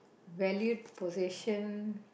valued possession